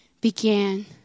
began